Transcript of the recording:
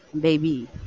Baby